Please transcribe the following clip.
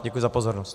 Děkuji za pozornost.